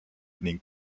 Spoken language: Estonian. ning